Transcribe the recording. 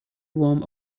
warm